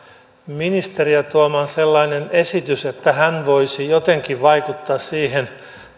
ministeriä tuomaan sellainen esitys että hän voisi jotenkin vaikuttaa siihen